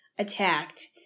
attacked